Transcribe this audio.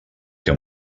que